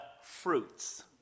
fruits